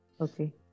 Okay